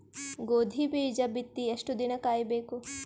ಗೋಧಿ ಬೀಜ ಬಿತ್ತಿ ಎಷ್ಟು ದಿನ ಕಾಯಿಬೇಕು?